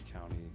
County